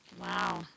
Wow